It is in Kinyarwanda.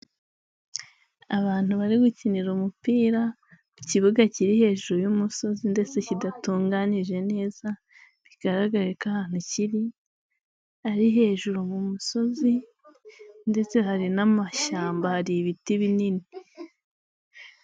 Abantu bari gukinira umupira ku kibuga kiri hejuru y'umusozi ndetse kidatunganije neza, bigaragare ko ahantu kiri ari hejuru mu musozi ndetse hari n'amashyamba hari ibiti binini.